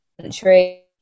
country